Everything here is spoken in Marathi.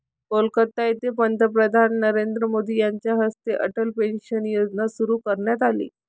कोलकाता येथे पंतप्रधान नरेंद्र मोदी यांच्या हस्ते अटल पेन्शन योजना सुरू करण्यात आली